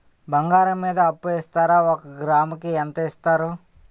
బంగారం మీద అప్పు ఇస్తారా? ఒక గ్రాము కి ఎంత ఇస్తారు?